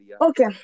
Okay